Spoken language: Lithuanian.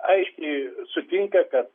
aiškiai sutinka kad